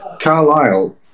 Carlisle